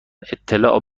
اطلاع